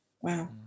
wow